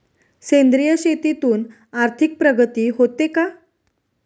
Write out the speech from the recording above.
सेंद्रिय शेतीतून आर्थिक प्रगती होते का?